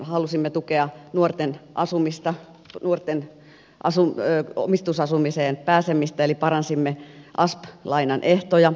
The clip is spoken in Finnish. halusimme tukea nuorten asumista nuorten omistusasumiseen pääsemistä eli paransimme asp lainan ehtoja